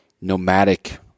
nomadic